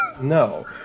No